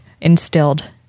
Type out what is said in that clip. instilled